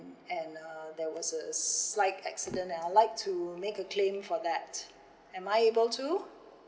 and uh there was a slight accident and I'd like to make a claim for that am I able to